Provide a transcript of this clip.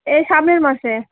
এই সামনের মাসে